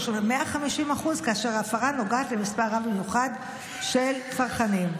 של 150% כאשר ההפרה נוגעת למספר רב במיוחד של צרכנים.